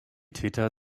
täter